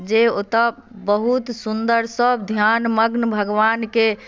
जे ओतए बहुत सुन्दर सँ ध्यान मग्न भगवान के